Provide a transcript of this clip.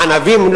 ענבים,